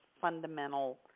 fundamental